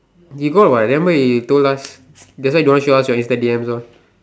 he got what remember he told us that's why don't show us your insta D_M all